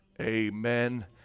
amen